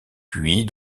puis